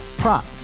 prop